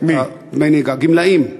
הגמלאים.